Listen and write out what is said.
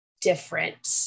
different